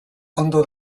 ondo